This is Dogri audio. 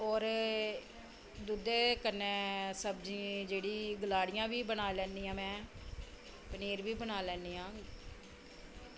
होर दुद्धै कन्नै सब्जी जेह्ड़ी गलाड़ियां बी बनाई लैन्नी आं में पनीर बी बना लैन्नी आं